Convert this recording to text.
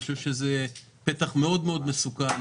אני חושב שזה פתח מאוד מאוד מסוכן